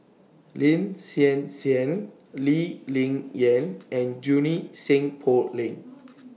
Lin Hsin Hsin Lee Ling Yen and Junie Sng Poh Leng